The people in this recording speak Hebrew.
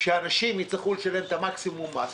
שאנשים יצטרכו לשלם את מקסימום המס,